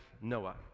Noah